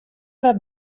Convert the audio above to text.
wer